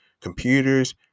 computers